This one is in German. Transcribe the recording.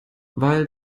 weil